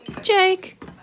Jake